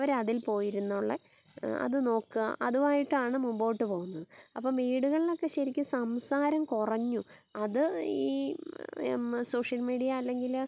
അവര് അതിൽ പോയിരുന്നുള്ള അത് നോക്കുക അതുമായിട്ടാണ് മുമ്പോട്ട് പോകുന്നത് അപ്പം വീടുകളിലൊക്കെ ശരിക്കും സംസാരം കുറഞ്ഞു അത് ഈ സോഷ്യൽ മീഡിയ അല്ലെങ്കില്